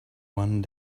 one